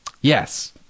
Yes